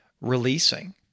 releasing